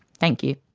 thank you.